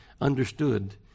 understood